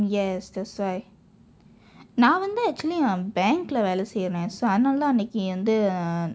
yes that's why நான் வந்து:naan vandthu actually um bank இல்ல வேலை செய்கிறேன்:illa veelai seykireen so அதனால தான் அன்றைக்கு வந்து:athanaala thaan anraikku vandthu um